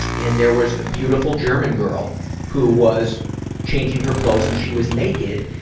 and there was a beautiful german girl who was changing her clothes and she was naked,